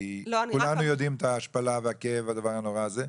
כי כולנו יודעים את ההשפלה והכאב בדבר הנורא הזה,